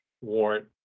warrant